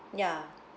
ya